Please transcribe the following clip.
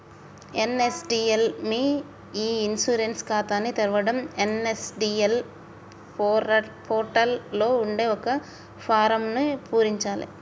NSDL మీ e insurance ఖాతాని తెరవడం ఎన్.ఎస్.డి.ఎల్ పోర్టల్ లో ఉండే ఒక ఫారమ్ను పూరించాలే